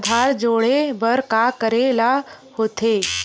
आधार जोड़े बर का करे ला होथे?